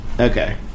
Okay